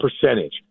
percentage